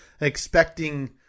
expecting